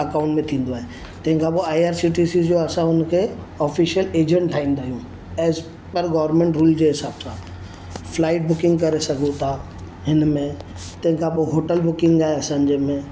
account थींदो आहे तंहिंखां पोइ I R C T C जो असां हुनखे ऑफिशियल एजंट ठाहींदा आहियूं ऐज़ पर गवर्नमेंट रूल जे हिसाब सां फ्लाईट बुकिंग करे सघूं था हिन में तंहिंखां पोइ होटल बुकिंग आहे असांजे में